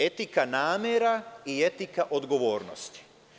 Etika namera i etika odgovornosti.